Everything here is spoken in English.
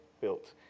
built